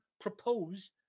propose